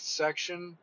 section